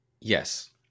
yes